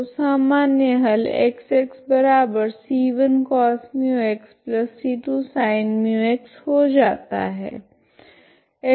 तो सामान्य हल X c1 cos μxc2sin μx हो जाता है